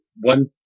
one